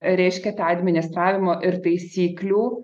reiškia tą administravimo ir taisyklių